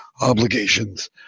obligations